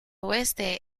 oeste